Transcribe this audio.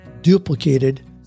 duplicated